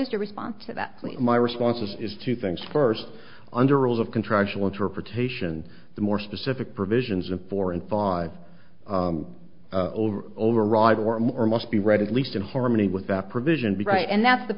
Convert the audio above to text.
is your response to that my response is two things first under rules of contractual interpretation the more specific provisions of four and five over override or more must be read at least in harmony with that provision be right and that's the